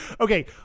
Okay